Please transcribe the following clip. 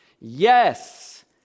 Yes